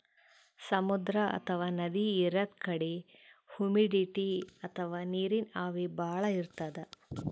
ಸಮುದ್ರ ಅಥವಾ ನದಿ ಇರದ್ ಕಡಿ ಹುಮಿಡಿಟಿ ಅಥವಾ ನೀರಿನ್ ಆವಿ ಭಾಳ್ ಇರ್ತದ್